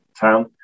town